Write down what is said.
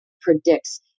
predicts